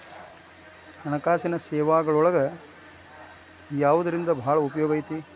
ಹಣ್ಕಾಸಿನ್ ಸೇವಾಗಳೊಳಗ ಯವ್ದರಿಂದಾ ಭಾಳ್ ಉಪಯೊಗೈತಿ?